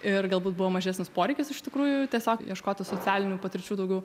ir galbūt buvo mažesnis poreikis iš tikrųjų tiesiog ieškoti socialinių patirčių daugiau